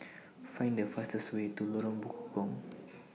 Find The fastest Way to Lorong Bekukong